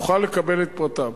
שאוכל לקבל את פרטיו.